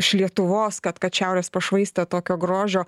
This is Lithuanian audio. iš lietuvos kad kad šiaurės pašvaistė tokio grožio